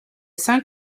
saint